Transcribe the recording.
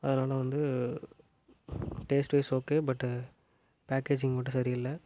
அதனால வந்து taste wise okay but packaging மட்டும் சரி இல்லை